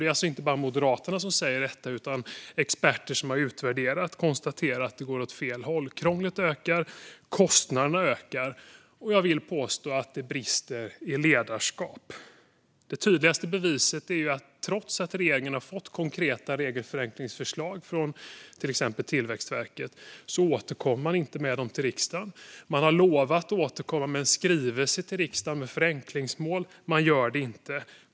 Det är inte bara moderater som säger detta utan experter som har utvärderat. Krånglet ökar, och kostnaderna ökar. Jag vill påstå att det brister i ledarskap. Det tydligaste beviset är att regeringen, trots att man har fått konkreta förenklingsförslag från till exempel Tillväxtverket, inte återkommer med dessa till riksdagen. Man har lovat att återkomma med en skrivelse till riksdagen med förenklingsmål, men man gör det inte.